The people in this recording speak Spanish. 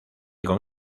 con